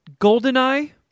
Goldeneye